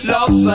Love